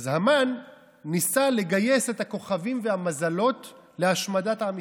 אז המן ניסה לגייס את הכוכבים והמזלות להשמדת עם ישראל.